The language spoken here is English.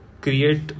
create